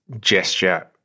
gesture